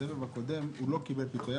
מי שבסבב הקודם לא קיבל פיצוי,